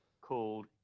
called